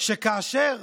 שכאשר